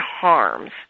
harms